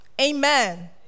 Amen